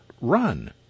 run